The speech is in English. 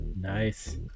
Nice